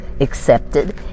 accepted